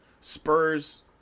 Spurs